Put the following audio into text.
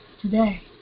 today